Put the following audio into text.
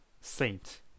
saint